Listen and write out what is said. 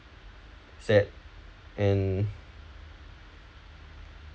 sad and